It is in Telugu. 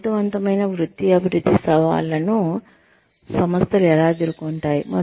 సమర్థవంతమైన వృత్తి అభివృద్ధి సవాళ్లను సంస్థలు ఎలా ఎదుర్కొంటాయి